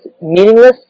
Meaningless